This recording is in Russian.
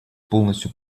полностью